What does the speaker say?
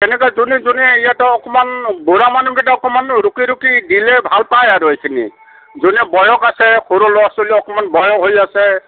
এনেকৈ যোনে যোনে ইহঁতক অকণমান বুঢ়া মানুহকেইটা অকণমান ৰুকি ৰুকি দিলে ভাল পায় আৰু এইখিনি যোনে বয়স আছে সৰু ল'ৰা ছোৱালী অকণমান বয়স হৈ আছে